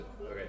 Okay